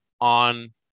on